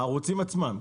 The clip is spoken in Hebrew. הערוצים עצמם.